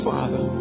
Father